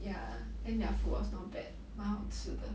ya then their food was not bad 蛮好吃的